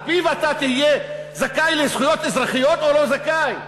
על פיו אתה תהיה זכאי לזכויות אזרחיות או לא זכאי.